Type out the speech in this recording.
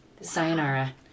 Sayonara